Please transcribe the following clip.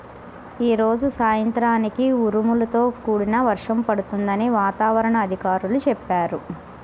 యీ రోజు సాయంత్రానికి ఉరుములతో కూడిన వర్షం పడుతుందని వాతావరణ అధికారులు చెప్పారు